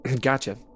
Gotcha